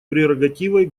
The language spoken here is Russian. прерогативой